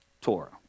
Torah